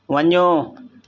वञो